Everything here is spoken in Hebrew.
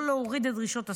לא להוריד את דרישות הסף,